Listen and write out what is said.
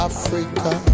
Africa